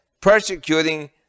persecuting